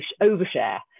overshare